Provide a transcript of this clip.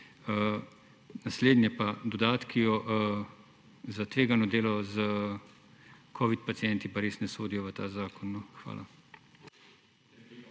Naslednje pa, dodatki za tvegano delo s covid pacienti pa res ne sodijo v ta zakon, no. Hvala.